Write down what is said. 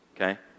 Okay